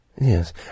Yes